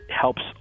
helps